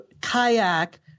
kayak